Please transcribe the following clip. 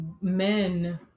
men